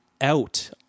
out